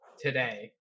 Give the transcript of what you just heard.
today